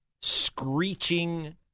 screeching